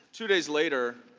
two days later,